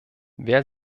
wer